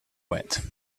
wet